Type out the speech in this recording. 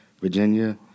Virginia